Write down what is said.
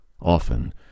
Often